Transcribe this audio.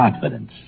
confidence